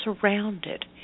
surrounded